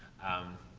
um,